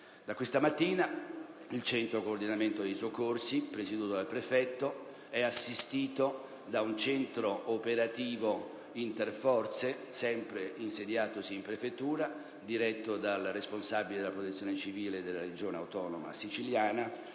Da questa mattina, il Centro di coordinamento dei soccorsi, presieduto dal prefetto, è assistito da un centro operativo interforze - insediatosi sempre in prefettura - diretto dal responsabile della Protezione civile della Regione autonoma siciliana,